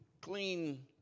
clean